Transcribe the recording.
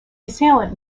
assailant